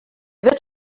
wird